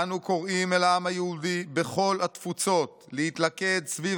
"אנו קוראים אל העם היהודי בכל התפוצות להתלכד סביב